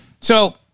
so-